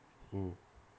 mm